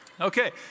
Okay